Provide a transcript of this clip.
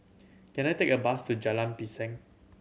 can I take a bus to Jalan Pisang